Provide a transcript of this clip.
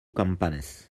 campanes